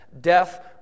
death